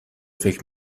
فکر